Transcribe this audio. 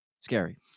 scary